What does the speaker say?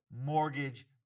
mortgage